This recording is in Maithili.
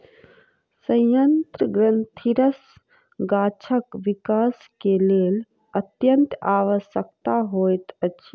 सयंत्र ग्रंथिरस गाछक विकास के लेल अत्यंत आवश्यक होइत अछि